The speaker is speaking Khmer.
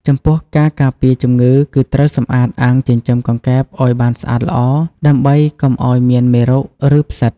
ចំពោះការការពារជំងឺ គឺត្រូវសម្អាតអាងចិញ្ចឹមកង្កែបឲ្យបានស្អាតល្អ ដើម្បីកុំឲ្យមានមេរោគ ឬផ្សិត។